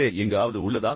கீழே எங்காவது உள்ளதா